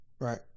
Right